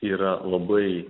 yra labai